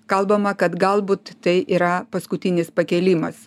kalbama kad galbūt tai yra paskutinis pakėlimas